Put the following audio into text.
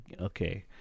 okay